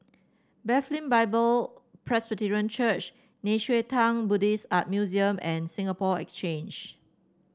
Bethlehem Bible Presbyterian Church Nei Xue Tang Buddhist Art Museum and Singapore Exchange